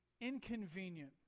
inconvenient